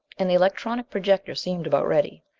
and the electronic projector seemed about ready.